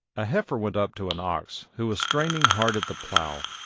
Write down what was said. a heifer went up to an ox, who was straining hard at the plough,